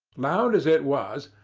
loud as it was,